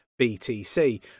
btc